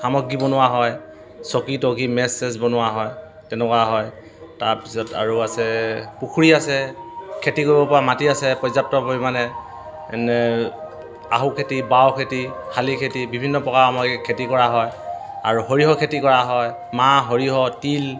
সামগ্ৰী বনোৱা হয় চকী টকি মেজ চেজ বনোৱা হয় তেনেকুৱা হয় তাৰপিছত আৰু আছে পুখুৰী আছে খেতি কৰিব পৰা মাটি আছে পৰ্যাপ্ত পৰিমাণে আহু খেতি বাও খেতি শালি খেতি বিভিন্ন প্ৰকাৰৰ আমাৰ খেতি কৰা হয় আৰু সৰিয়হ খেতি কৰা হয় মাহ সৰিয়হ তিল